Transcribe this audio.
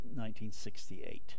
1968